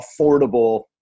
affordable